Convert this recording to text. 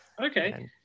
Okay